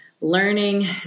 learning